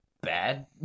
Bad